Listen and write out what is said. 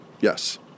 Yes